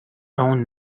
own